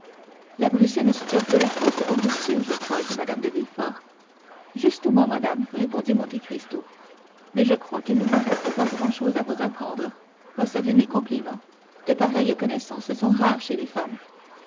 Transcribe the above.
la brucine se tire de la fausse angusture je crois dit mme de villefort justement madame répondit monte cristo mais je crois qu'il ne me reste pas grand-chose à vous apprendre recevez mes compliments de pareilles connaissances sont rares chez les femmes